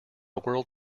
world